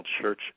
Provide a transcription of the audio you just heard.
church